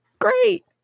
Great